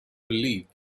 believed